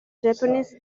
japanese